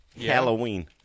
Halloween